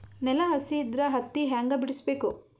ನೆಲ ಹಸಿ ಇದ್ರ ಹತ್ತಿ ಹ್ಯಾಂಗ ಬಿಡಿಸಬೇಕು?